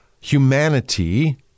humanity